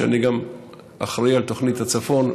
אני גם אחראי על תוכנית הצפון,